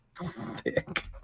Thick